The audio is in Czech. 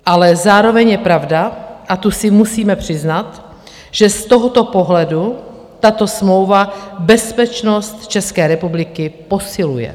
Ale zároveň je pravda, a tu si musíme přiznat, že z tohoto pohledu tato smlouva bezpečnost České republiky posiluje.